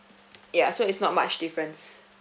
yeah so it's not much difference